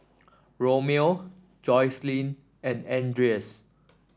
Romeo Jocelyn and Andreas